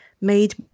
made